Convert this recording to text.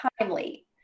timely